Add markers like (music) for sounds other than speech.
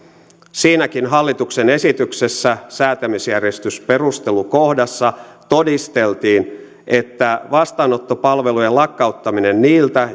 siinäkin hallituksen esityksessä säätämisjärjestysperustelukohdassa todisteltiin että vastaanottopalvelujen lakkauttaminen niiltä (unintelligible)